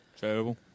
terrible